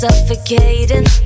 Suffocating